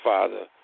Father